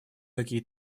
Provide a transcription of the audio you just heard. какие